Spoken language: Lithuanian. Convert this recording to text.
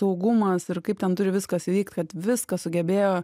saugumas ir kaip ten turi viskas vykt kad viską sugebėjo